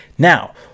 Now